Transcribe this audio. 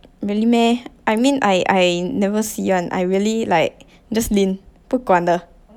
really meh I mean I I never see [one] I really like just lean 不管的